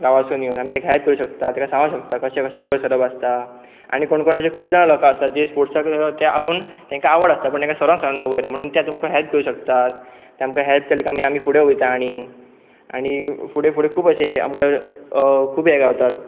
गांवासून येवन आमी तेका हेल्प करूं शकता ताका सांगूं शकता कशें कशें वयर सरप आसता आनी कोण कोण अशे खूब जाण लोकां आसता जे स्पोर्टसाक ते आपूण तांकां आवड आसता पूण तेका सरोन सरोना वयर म्हणून ते तुमकां हेल्प करूं शकतात तेमकां हेल्प केले काय आमी आमी फुडें वयता आनी आनी फुडें फुडें खूब अशे आमकां खूब हे गावतात